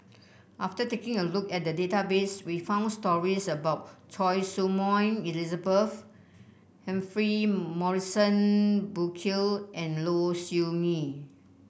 after taking a look at the database we found stories about Choy Su Moi Elizabeth Humphrey Morrison Burkill and Low Siew Nghee